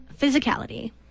physicality